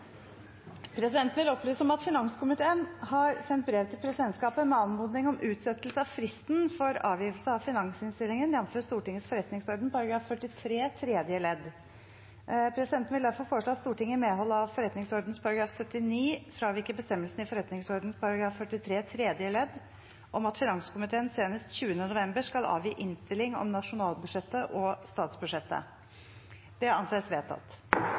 Presidenten vil opplyse om at finanskomiteen har sendt brev til presidentskapet med anmodning om utsettelse av fristen for avgivelse av finansinnstillingen, jf. Stortingets forretningsorden § 43 tredje ledd. Presidenten vil derfor foreslå at Stortinget i medhold av forretningsordenens § 79 fraviker bestemmelsen i forretningsordenens § 43 tredje ledd om at finanskomiteen senest 20. november skal avgi innstilling om nasjonalbudsjettet og statsbudsjettet. – Det anses vedtatt